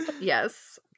Yes